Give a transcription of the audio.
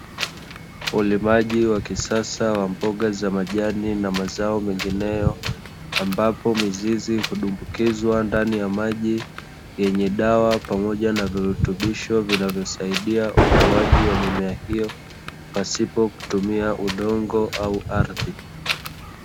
Ulimaji wa kisasa wa mboga za majani na mazao mengiyo, ambapo miziz, hudumbukizwa ndani ya maji yenye dawa pamoja na virutubisho vinavyosaidia ukuaji wa mimea hiyo pasipo kutumia udongo au ardhi.